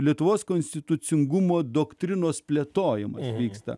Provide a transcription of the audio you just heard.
lietuvos konstitucingumo doktrinos plėtojimą įvyksta